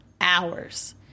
hours